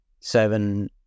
seven